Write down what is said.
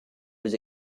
was